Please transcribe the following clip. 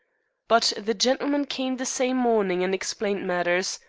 but the gentleman came the same morning and explained matters.